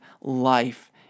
life